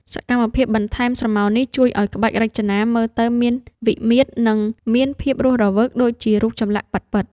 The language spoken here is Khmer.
សកម្មភាពបន្ថែមស្រមោលនេះជួយឱ្យក្បាច់រចនាមើលទៅមានវិមាត្រ និងមានភាពរស់រវើកដូចជារូបចម្លាក់ពិតៗ។